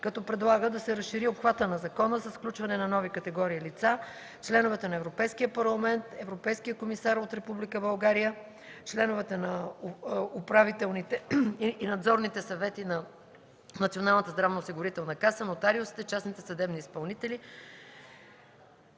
като предлага: да се разшири обхватът на закона с включване на нови категории лица – членовете на Европейския парламент от Република България, европейския комисар от Република България, членовете на Управителните и Надзорните съвети на Националната здравноосигурителна каса, нотариусите, частните съдебни изпълнители.